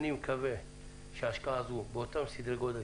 אני מקווה שההשקעה הזאת תמשך באותם סדרי גודל.